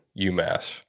UMass